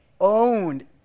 owned